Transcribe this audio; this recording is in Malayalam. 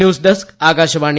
news desk Akashvani